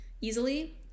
Easily